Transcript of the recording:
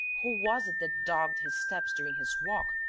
who was it that dogged his steps during his walk?